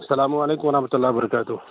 السّلام علیکم ورحمۃ اللہ وبرکاتہ